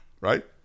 right